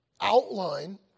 outline